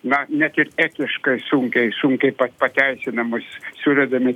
na net ir etiškai sunkiai sunkiai pateisinamus siūlydami